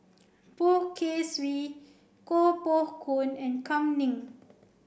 Poh Kay Swee Koh Poh Koon and Kam Ning